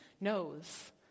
knows